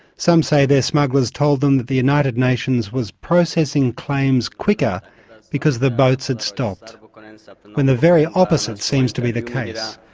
some say their smugglers told them that the united nations was processing claims quicker because the boats had stopped, when and so when the very opposite seems to be the case.